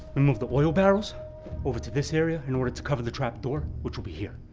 we'll move the oil barrels over to this area in order to cover the trap door, which will be here.